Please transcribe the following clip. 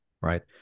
right